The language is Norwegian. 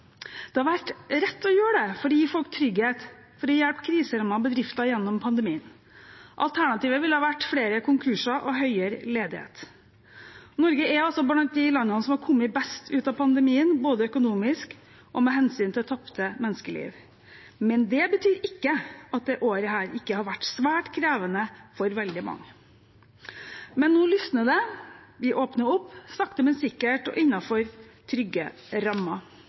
Det har vært rett å gjøre det for å gi folk trygghet og for å hjelpe kriserammede bedrifter gjennom pandemien. Alternativet ville vært flere konkurser og høyere ledighet. Norge er blant de landene som har kommet best ut av pandemien, både økonomisk og med hensyn til tapte menneskeliv, men det betyr ikke at dette året ikke har vært svært krevende for veldig mange. Men nå lysner det. Vi åpner opp – sakte, men sikkert og innenfor trygge rammer.